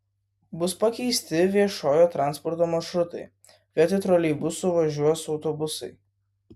bus pakeisti viešojo transporto maršrutai vietoj troleibusų važiuos autobusai